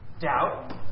Doubt